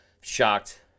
shocked